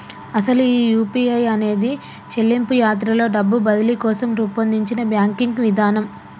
అసలు ఈ యూ.పీ.ఐ అనేది చెల్లింపు యాత్రలో డబ్బు బదిలీ కోసం రూపొందించిన బ్యాంకింగ్ విధానం